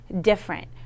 different